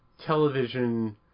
television